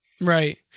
Right